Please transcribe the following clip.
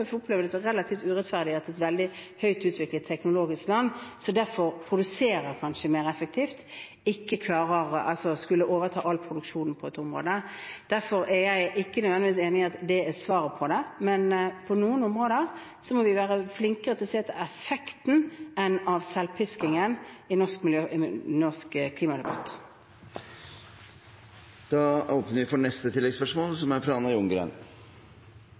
det som relativt urettferdig at et veldig høyt teknologisk utviklet land, som derfor produserer kanskje mer effektivt, skulle overta all produksjon på dette området. Derfor er jeg ikke nødvendigvis enig i at det er svaret, men på noen områder må vi være flinkere til å se etter effekten enn på selvpisking i norsk klimadebatt. Da åpner vi for neste oppfølgingsspørsmål, som er fra Anna Ljunggren.